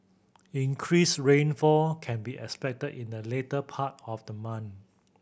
increased rainfall can be expected in the later part of the month